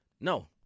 no